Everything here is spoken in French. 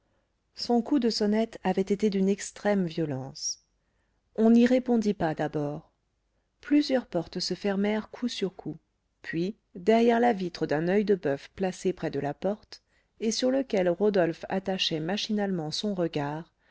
son coup de sonnette avait été d'une extrême violence on n'y répondit pas d'abord plusieurs portes se fermèrent coup sur coup puis derrière la vitre d'un oeil de boeuf placé près de la porte et sur lequel rodolphe attachait machinalement son regard